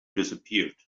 disappeared